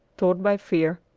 taught by fear,